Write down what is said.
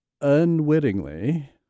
unwittingly